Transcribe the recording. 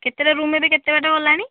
କେତେଟା ରୁମ୍ ଏବେ କେତେ ବାଟ ଗଲାଣି